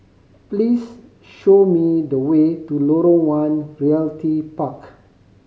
please show me the way to Lorong One Realty Park